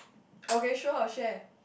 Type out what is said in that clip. okay sure I'll share